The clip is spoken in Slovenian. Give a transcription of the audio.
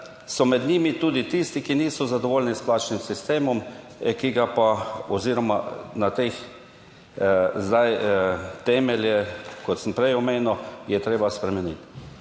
so med njimi tudi tisti, ki niso zadovoljni s plačnim sistemom, ki ga pa oziroma na teh zdaj temeljih, kot sem prej omenil, je treba spremeniti.